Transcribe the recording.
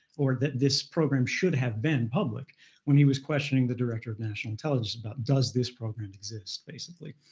or that this program should have been public when he was questioning the director of national intelligence about does this program exist, basically.